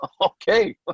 okay